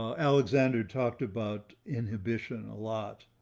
um alexander talked about inhibition a lot.